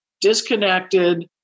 disconnected